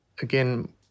again